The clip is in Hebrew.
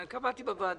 כן, קבעתי בוועדה.